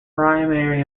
primary